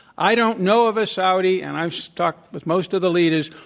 i don't know of a saudi, and i've talked with most of the leaders,